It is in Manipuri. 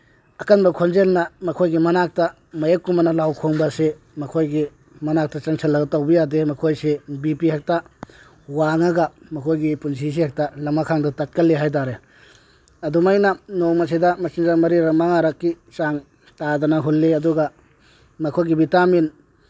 ꯑꯀꯟꯕ ꯈꯣꯟꯖꯦꯜꯅ ꯃꯈꯣꯏꯒꯤ ꯃꯅꯥꯛꯇ ꯃꯥꯏꯌꯦꯞꯀꯨꯝꯕꯅ ꯂꯥꯎ ꯈꯣꯡꯕ ꯑꯁꯤ ꯃꯈꯣꯏꯒꯤ ꯃꯅꯥꯛꯇ ꯆꯪꯁꯤꯜꯂꯒ ꯇꯧꯕ ꯌꯥꯗꯦ ꯃꯈꯣꯏꯁꯤ ꯕꯤ ꯄꯤ ꯍꯦꯛꯇ ꯋꯥꯡꯉꯒ ꯃꯈꯣꯏꯒꯤ ꯄꯨꯟꯁꯤꯁꯤ ꯍꯦꯛꯇ ꯂꯃꯈꯥꯡꯗ ꯇꯠꯀꯜꯂꯤ ꯍꯥꯏꯇꯥꯔꯦ ꯑꯗꯨꯃꯥꯏꯅ ꯅꯣꯡꯃꯁꯤꯗ ꯃꯆꯤꯟꯖꯥꯛ ꯃꯔꯤꯔꯛ ꯃꯉꯥꯔꯛꯀꯤ ꯆꯥꯡ ꯇꯥꯗꯅ ꯍꯨꯜꯂꯤ ꯑꯗꯨꯒ ꯃꯈꯣꯏꯒꯤ ꯚꯤꯇꯥꯃꯤꯟ